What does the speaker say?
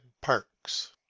Parks